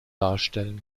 darstellen